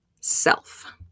self